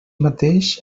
mateix